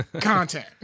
Content